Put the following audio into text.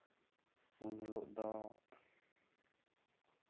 ᱩᱱ ᱦᱤᱞᱳᱜ ᱫᱚ